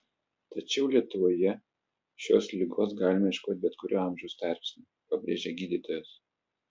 tačiau lietuvoje šios ligos galima ieškoti bet kuriuo amžiaus tarpsniu pabrėžia gydytojas